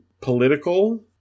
political